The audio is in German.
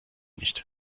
nicht